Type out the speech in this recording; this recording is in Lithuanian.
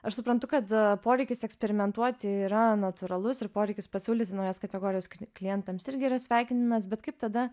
aš suprantu kad poreikis eksperimentuoti yra natūralus ir poreikis pasiūlyti naujas kategorijas klientams irgi yra sveikintinas bet kaip tada